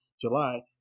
July